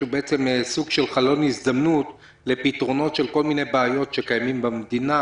שהוא סוג של חלון הזדמנות לפתרונות של כל מיני בעיות שקיימות במדינה